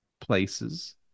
places